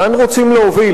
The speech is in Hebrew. לאן רוצים להוביל?